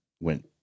went